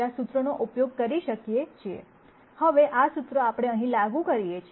હવે આ સૂત્ર આપણે અહીં લાગુ કરીએ છીએ